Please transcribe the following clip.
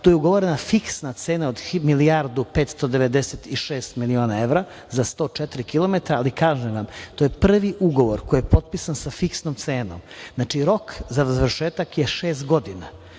tu je ugovorena fiksna cena od 1.596.000.000 evra za 104 km, ali kažem vam to je prvi ugovor koji je potpisan sa fiksnom cenom. Znači, rok za završetak je šest godina.